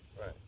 right